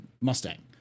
Mustang